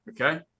okay